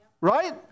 Right